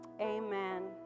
Amen